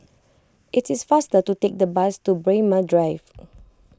it is faster to take the bus to Braemar Drive